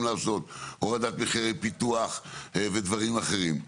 לעשות הורדת מחירי פיתוח ודברים אחרים.